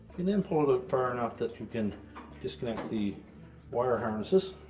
and then pull it far enough that you can disconnect the wire harnesses.